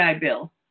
Bill